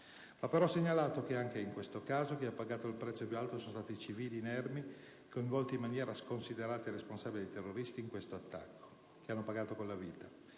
essere segnalato che anche in questo caso chi ha pagato il prezzo più alto sono stati i civili inermi, coinvolti in maniera sconsiderata e irresponsabile dai terroristi in questo attacco, che hanno pagato con la vita.